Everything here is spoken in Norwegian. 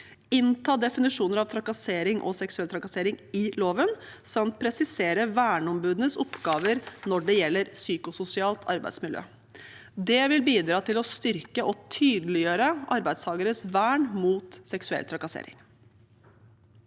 innta definisjoner av trakassering og seksuell trakassering i loven samt å presisere verneombudets oppgaver når det gjelder psykososialt arbeidsmiljø. Det vil bidra til å styrke og tydeliggjøre arbeidstakeres vern mot seksuell trakassering.